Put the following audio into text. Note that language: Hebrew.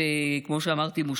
וכמו שאמרתי מושחתת,